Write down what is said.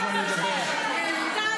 מה קרה --- שונא יהדות --- אתה צריך